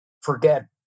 forget